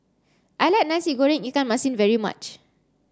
I like Nasi Goreng Ikan Masin very much